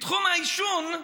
בתחום העישון,